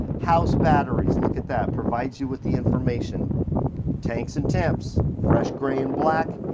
house batteries, look at that. provides you with the information tanks and temps. fresh, gray and black,